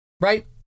right